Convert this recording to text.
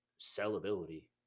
sellability